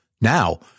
Now